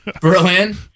berlin